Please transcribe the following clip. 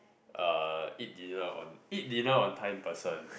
uh eat dinner on eat dinner on time person